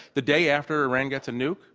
the day after iran gets a nuke,